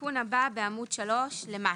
התיקון הבא בעמוד 3 למטה.